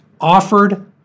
offered